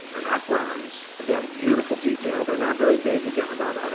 and not bronze again, beautiful detail. they're not very big again, about, i don't